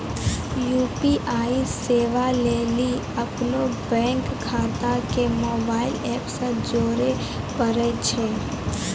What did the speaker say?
UPI सेबा लेली अपनो बैंक खाता के मोबाइल एप से जोड़े परै छै